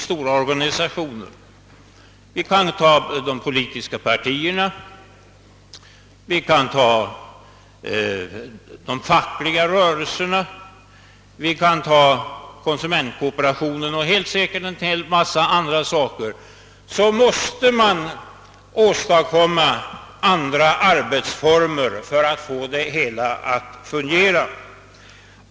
Som exempel kan nämnas de politiska partierna, de stora fackliga rörelserna, konsumentkooperationen och en hel mängd stora organisationer. Man måste ändra arbetsformerna för att få det hela att fungera.